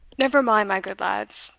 never mind, my good lads,